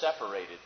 separated